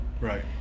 Right